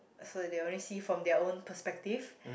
so they'll only see from their own perspective